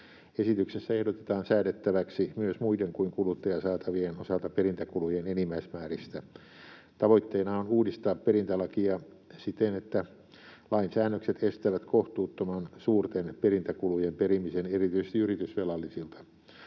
Esityksessä ehdotetaan säädettäväksi myös muiden kuin kuluttajasaatavien osalta perintäkulujen enimmäismääristä. Tavoitteena on uudistaa perintälakia siten, että lain säännökset estävät kohtuuttoman suurten perintäkulujen perimisen erityisesti yritysvelallisilta.